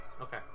Okay